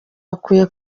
bakwiye